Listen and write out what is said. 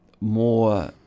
more